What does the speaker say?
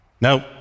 No